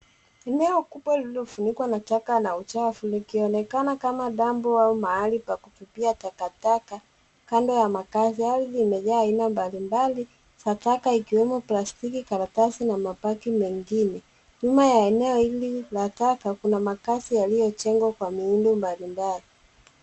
Mimea kubwa lililofunikwa na taka la uchafu likionekana kama dampu au mahali pa kutupia takataka kando ya makaazi au limejaa aina mbalimbali za taka ikiwemo plastiki, karatasi na mabaki mengine. Nyuma ya eneo hili la taka kuna makaazi yaliyojengwa kwa miundo mbalimbali.